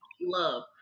love